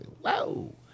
whoa